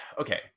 okay